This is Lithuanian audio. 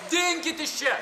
dinkit iš čia